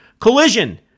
collision